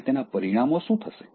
હવે તેના પરિણામો શું થશે